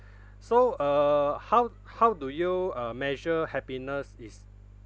so uh how how do you uh measure happiness is